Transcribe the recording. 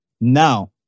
now